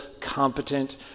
competent